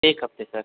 एक हफ्ते सर